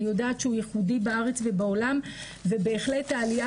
אני יודעת שהוא ייחודי בארץ ובעולם ובהחלט העלייה